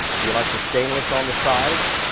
do you like the stainless on the sides?